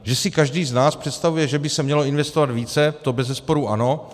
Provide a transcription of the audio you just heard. Že si každý z nás představuje, že by se mělo investovat více, to bezesporu ano.